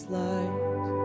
light